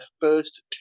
first